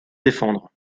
défendre